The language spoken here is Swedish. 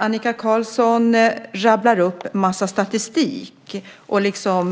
Annika Qarlsson rabblar upp en massa statistik och liksom